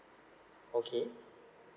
okay